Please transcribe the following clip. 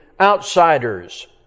outsiders